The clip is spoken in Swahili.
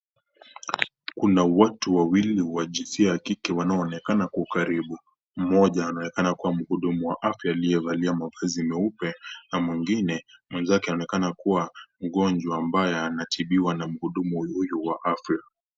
Kuna watu wawili wa jinsia ya kike wanaoonekana kwa ukaribu. Moja anakaa mhudumu wa afya aliyevalia mavazi meupe na mwingine, mwenzake anaonekana kuwa mgonjwa ambaye anatibiwa na mhudumu huyu wa afya.